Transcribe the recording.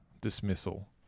dismissal